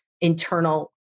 internal